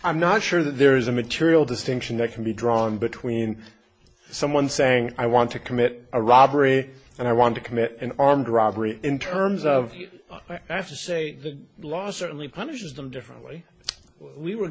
i'm not sure that there is a material distinction that can be drawn between someone saying i want to commit a robbery and i want to commit an armed robbery in terms of after say the law certainly punishes them differently we were